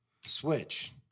switch